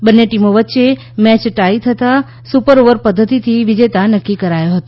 બંને ટીમો વચ્ચે મેચ ટાઈ થતાં સુપર ઓવર પદ્ધતિથી વિજેતા નક્કી કરાયો હતો